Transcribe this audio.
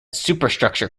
superstructure